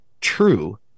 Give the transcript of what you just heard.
true